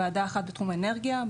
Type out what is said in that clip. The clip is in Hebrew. ועדה אחת בתחום האנרגיה,